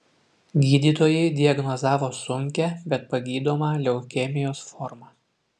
gydytojai diagnozavo sunkią bet pagydomą leukemijos formą